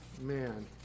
man